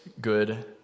good